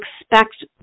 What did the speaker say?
expect